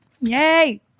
Yay